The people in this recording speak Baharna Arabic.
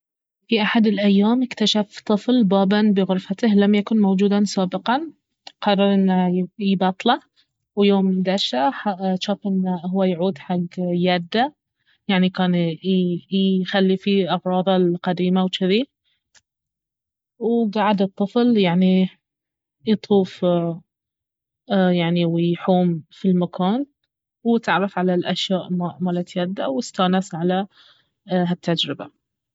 في احد الأيام اكتشف طفل باباً بغرفته لم يكن موجودا سابقا قرر انه يبطله ويوم دشه جاف انه اهو يعود حق يده يعني كان يخلي فيه اغراضه القديمة وجذي وقعد الطفل يعني يطوف يعني ويحوم في المكان واتعرف على الأشياء مالت يده واستانس على هالتجربة